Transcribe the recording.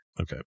Okay